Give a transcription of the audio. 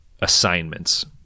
assignments